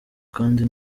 kandi